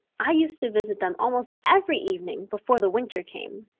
i used to visit them almost every evening before the winter came.